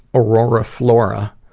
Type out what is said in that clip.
aurora flora